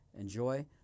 enjoy